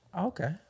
Okay